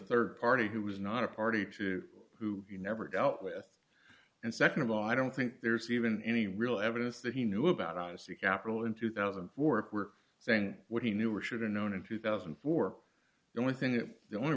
a rd party who was not a party to who you never dealt with and nd of all i don't think there's even any real evidence that he knew about his the capital in two thousand and four if we're saying what he knew or should have known in two thousand and four the only thing that the only